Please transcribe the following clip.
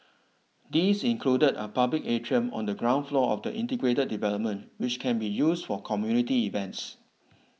these included a public atrium on the ground floor of the integrated development which can be used for community events